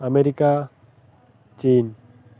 America Chin